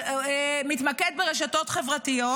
מתמקד ברשתות חברתיות,